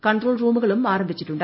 control റൂമുകളും ആരംഭിച്ചിട്ടുണ്ട്